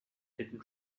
hidden